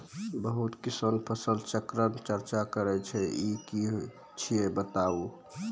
बहुत किसान फसल चक्रक चर्चा करै छै ई की छियै बताऊ?